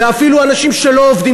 ואפילו של אנשים שלא עובדים,